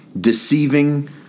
deceiving